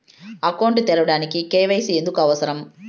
Account తెరవడానికి, KYC ఎందుకు అవసరం?